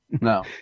no